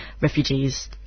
refugees